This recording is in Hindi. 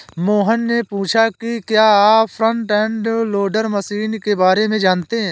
मोहन ने पूछा कि क्या आप फ्रंट एंड लोडर मशीन के बारे में जानते हैं?